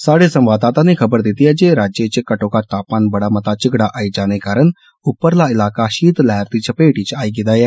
साढे संवाददाता नै खबर दिती ऐ जे राज्य च घट्टोघट्ट तापमान बड़ा मता झिगड़ा आई जाने कारण उपरला इलाका षीतलैहर दी चपेट च आई गेदा ऐ